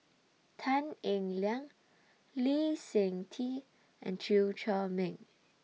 Tan Eng Liang Lee Seng Tee and Chew Chor Meng